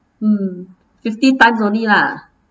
mm fifty times only lah